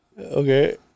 Okay